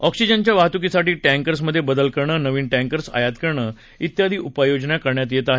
ऑक्सीजनच्या वाहतुकीसाठी टँकर्स मधे बदल करणं नवीन टँकर्स आयात करणं इत्यादी उपाययोजना करण्यात येत आहेत